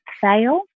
fail